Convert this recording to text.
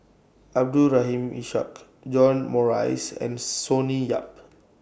Abdul Rahim Ishak John Morrice and Sonny Yap